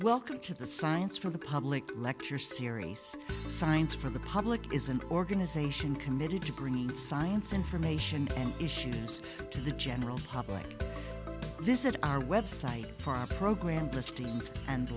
welcome to the science for the public lecture series science for the public is an organization committed to bringing science information and issues to the general public this is our website for our program